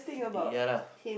ya lah